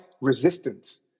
resistance